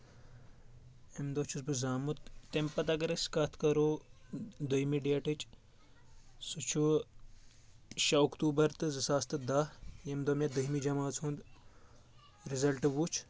اَمہِ دۄہ چھُس بہٕ زامُت تمہِ پتہٕ اگر أسۍ کتھ کرو دۄیمہِ ڈیٹٕچ سُہ چھُ شیٚے اکتوٗبر تہٕ زٕ ساس تہٕ دہ ییٚمہِ دۄہ مےٚ دٔہمہِ جمٲژ ہُنٛد رِزلٹہٕ وُچھ